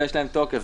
ויש להן תוקף,